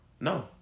no